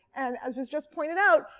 and as was just pointed out,